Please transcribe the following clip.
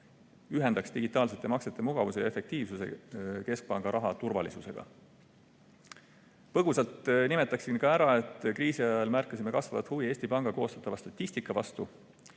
ühendaks digitaalsete maksete mugavuse ja efektiivsuse keskpanga raha turvalisusega. Põgusalt nimetaksin ka ära, et kriisi ajal märkasime kasvavat huvi Eesti Panga koostatava statistika vastu.